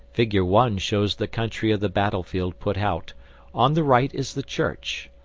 figure one shows the country of the battlefield put out on the right is the church,